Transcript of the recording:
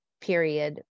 period